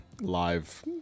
live